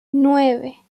nueve